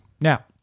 Now